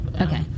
Okay